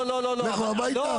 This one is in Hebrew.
לכו הביתה?